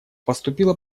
поступило